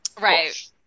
Right